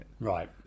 Right